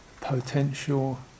potential